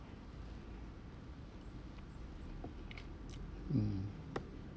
mm